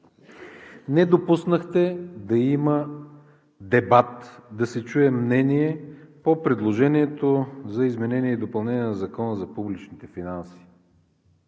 Не допуснахте да има дебат, да се чуе мнение по предложението за изменение и допълнение на Закона за публичните финанси.